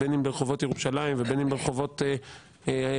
בין אם ברחובות ירושלים ובין אם ברחובות הנגב,